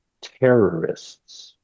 terrorists